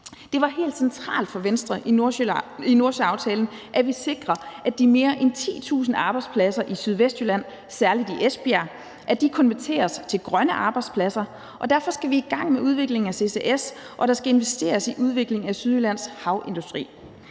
Det var helt centralt for Venstre i Nordsøaftalen, at vi sikrer, at de mere end 10.000 arbejdspladser i Sydvestjylland, særlig i Esbjerg, konverteres til grønne arbejdspladser, og derfor skal vi i gang med udviklingen af ccs, og der skal investeres i udviklingen af Sydjyllands havindustri.